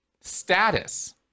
status